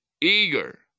eager